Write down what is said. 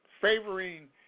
favoring